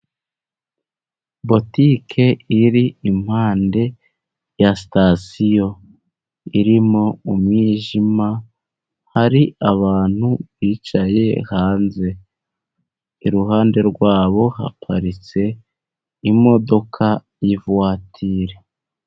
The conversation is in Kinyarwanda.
Butike iri impande ya sitasiyo. Irimo umwijima, hari abantu bicaye hanze. Iruhande rwabo haparitse imodoka ya vuwatire.